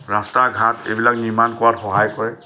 ৰাস্তা ঘাট এইবিলাক নিৰ্মান কৰাত সহায় কৰে